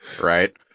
right